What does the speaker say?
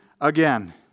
again